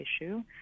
issue